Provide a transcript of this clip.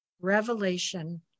revelation